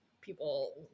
people